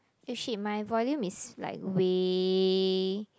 eh shit my volume is like way